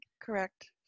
Correct